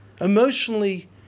emotionally